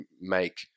make